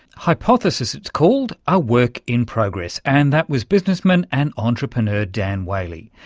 hypothesis it's called, a work in progress. and that was businessman and entrepreneur dan whaley.